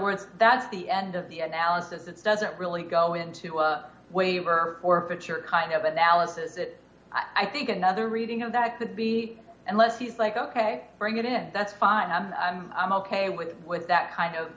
words that's the end of the analysis that doesn't really go into a waiver or fit your kind of analysis that i think another reading of that could be unless he's like ok bring it in that's fine i'm i'm i'm ok with that kind of